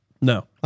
no